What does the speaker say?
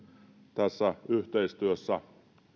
tässä yhteistyössä